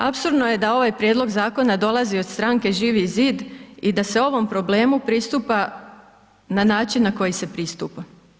Apsurdno je da ovaj prijedlog zakona dolazi od stranke Živi zid i da se ovom problemu pristupa na način na koji se pristupa.